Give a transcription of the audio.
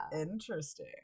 Interesting